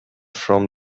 from